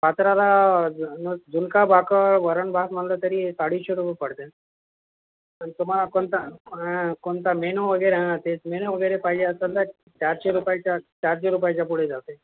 पात्राला झु झुणका भाकर वरण भात म्हटलं तरी अडीचशे रुपये पडते आणि तुम्हाला कोणता ह कोणता मेनु वगैरे हे तेच मेनु वगैरे पाहिजे असेल तर चारशे रुपयाच्या चारशे रुपयाच्या पुढे जाते